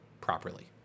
properly